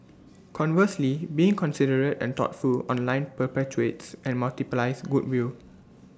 conversely being considerate and thoughtful online perpetuates and multiplies goodwill